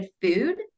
food